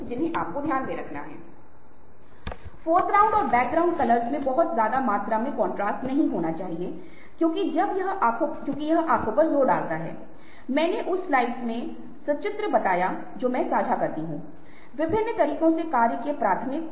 इसलिए हम जानकारी बनाने में सक्षम हैं और फिर आप जानकारी साझा या विनिमय करने में सक्षम हैं और यह एक से एक या आमने सामने या सामाजिक संचार के माध्यम से नहीं बल्कि आभासी समुदायों के माध्यम से होता है